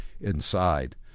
inside